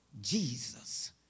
Jesus